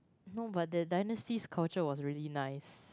no but that dynasty's culture was really nice